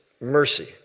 mercy